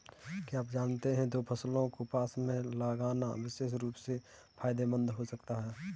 क्या आप जानते है दो फसलों को पास में लगाना विशेष रूप से फायदेमंद हो सकता है?